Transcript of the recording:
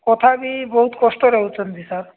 କଥା ବି ବହୁତ କଷ୍ଟରେ ହଉଛନ୍ତି ସାର୍